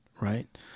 right